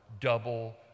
double